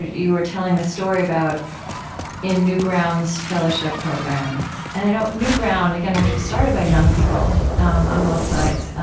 you were telling this story about in newground's fellowship program and i know, newground, again, which was started by young people um on both sides,